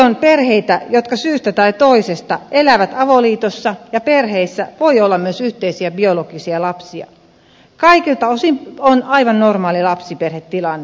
on paljon perheitä jotka syystä tai toisesta elävät avoliitossa ja perheissä voi olla myös yhteisiä biologisia lapsia kaikilta osin on aivan normaali lapsiperhetilanne